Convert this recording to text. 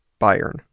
Bayern